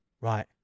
Right